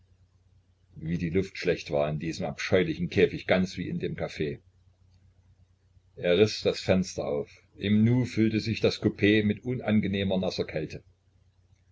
wie die luft schlecht war in diesem abscheulichen käfig ganz wie in dem caf er riß das fenster auf im nu füllte sich das coup mit unangenehmer nasser kälte